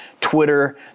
Twitter